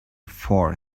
four